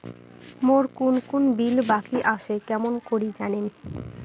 মোর কুন কুন বিল বাকি আসে কেমন করি জানিম?